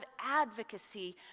advocacy